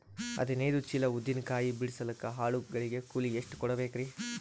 ಹದಿನೈದು ಚೀಲ ಉದ್ದಿನ ಕಾಯಿ ಬಿಡಸಲಿಕ ಆಳು ಗಳಿಗೆ ಕೂಲಿ ಎಷ್ಟು ಕೂಡಬೆಕರೀ?